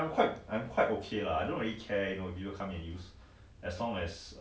yes correct correct